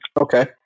Okay